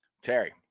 Terry